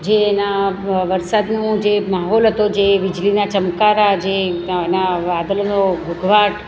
જે એના વરસાદનું જે માહોલ હતો જે વીજળીના ચમકારા જે ત્યાંના વાદળનો ઘોંઘાટ